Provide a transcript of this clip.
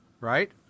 Right